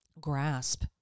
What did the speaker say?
grasp